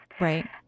Right